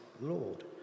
Lord